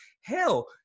Hell